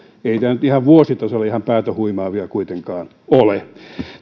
nyt vuositasolla ihan päätä huimaava kuitenkaan ole